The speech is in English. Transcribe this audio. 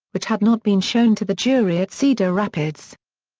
which had not been shown to the jury at cedar rapids.